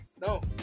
No